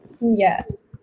Yes